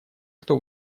кто